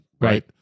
Right